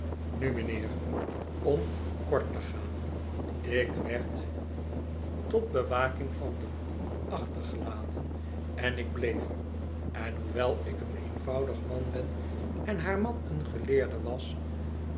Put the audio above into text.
nu mijnheer om kort te gaan ik werd tot bewaking van den boel achtergelaten en ik bieef er en hoewel ik een eenvoudig man ben en haar man een geleerde was